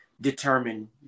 determine